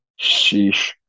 Sheesh